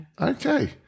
Okay